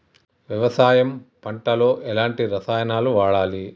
వ్యవసాయం పంట లో ఎలాంటి రసాయనాలను వాడాలి?